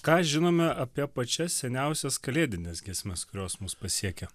ką žinome apie pačias seniausias kalėdines giesmes kurios mus pasiekia